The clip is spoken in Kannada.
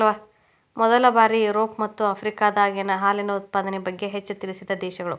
ಮೊದಲ ಬಾರಿ ಯುರೋಪ ಮತ್ತ ಆಫ್ರಿಕಾದಾಗ ಹಾಲಿನ ಉತ್ಪಾದನೆ ಬಗ್ಗೆ ಹೆಚ್ಚ ತಿಳಿಸಿದ ದೇಶಗಳು